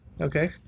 okay